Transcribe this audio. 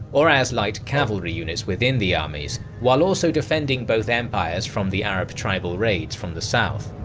or as light cavalry units within the armies, while also defending both empires from the arab tribal raids from the south.